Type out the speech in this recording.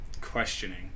questioning